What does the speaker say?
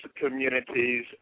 communities